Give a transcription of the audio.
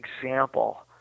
example